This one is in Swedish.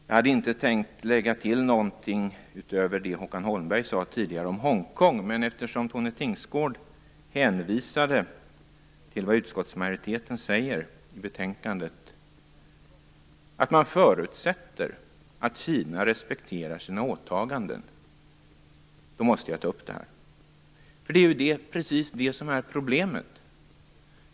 Jag hade inte tänkt lägga till någonting utöver det som Håkan Holmberg sade tidigare om Hongkong, men eftersom Tone Tingsgård hänvisade till vad utskottsmajoriteten säger i betänkandet, att man förutsätter att Kina respekterar sina åtaganden, måste jag ta upp det här. Det är ju precis det som är problemet.